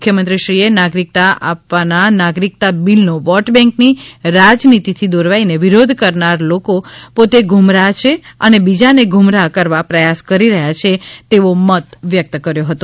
મુખ્યમંત્રીશ્રીએ નાગરિકતા આપવાના નાગરિકતા બિલનો વોટબેંકની રાજનીતિથી દોરવાઇને વિરોધ કરનાર લોકો પોતે ગુમરાથ છે અને બીજાને ગુમરાહ કરવા પ્રયાસ કરી રહયા છે તેવો મત વ્યક્ત કર્યો હતો